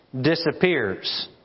disappears